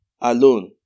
alone